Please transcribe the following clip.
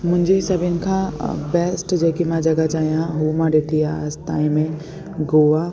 मुहिंजे सभिनि खां बेस्ट जेकि मां जॻह चाहियां हूअ मां ॾिठी आहे अॼु ताईं में गोवा